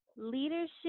Leadership